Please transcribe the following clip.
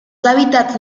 hábitats